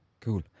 cool